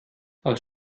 aus